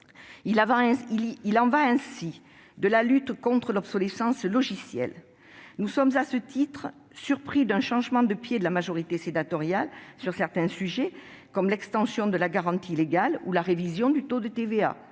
Il en est ainsi de la lutte contre l'obsolescence logicielle. Nous sommes à ce titre surpris d'un changement de pied de la majorité sénatoriale sur certains sujets comme l'extension de la garantie légale ou la révision du taux de TVA.